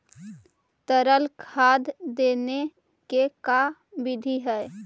तरल खाद देने के का बिधि है?